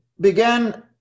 began